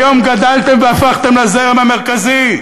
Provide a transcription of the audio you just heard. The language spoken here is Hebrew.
היום גדלתם והפכתם לזרם המרכזי.